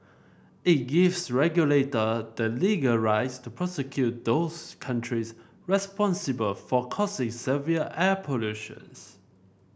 it gives regulator the legal rights to prosecute those countries responsible for causes severe air pollutions